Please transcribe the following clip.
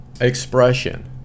expression